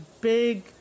big